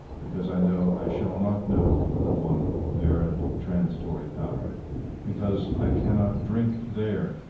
because i know i shall not know the one veritable transitory power because i cannot drink there,